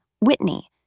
Whitney